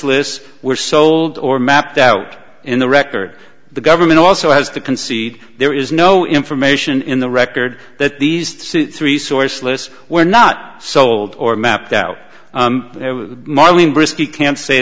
lis were sold or mapped out in the record the government also has to concede there is no information in the record that these three sourceless were not sold or mapped out marlene brisky can't say